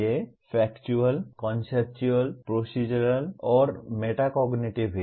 ये factual conceptual procedural और metacognitive हैं